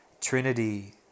Trinity